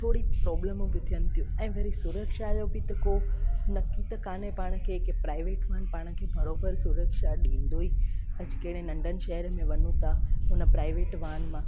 थोरी प्रोब्लमूं बि थियनि थियूं ऐं वरी सुरक्षा जो बि त को नकी त कान्हे पाण खे कि प्राइवेट वाहन पाण खे बराबरि सुरक्षा ॾींदो ई अॼु कहिड़े नंढनि शहर में वञू था हुन प्राइवेट वाहन मां